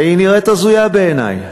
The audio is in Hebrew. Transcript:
והיא נראית הזויה בעיני.